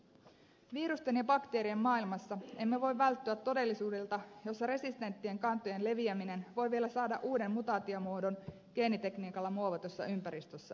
virusten ja bakteerien maailmassa emme voi välttyä todellisuudelta jossa resistenttien kantojen leviäminen voi vielä saada uuden mutaatiomuodon geenitekniikalla muovatussa ympäristössä